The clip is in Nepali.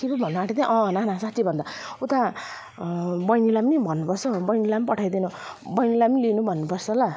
के पो भन्न आटेको थिएँ अँ नाना साँच्चै भन्दा उता बहिनीलाई पनि भन्नु पर्छ बहिनीलाई पनि पठाइदिनु बहिनीलाई पनि लिनु भन्नु पर्छ ल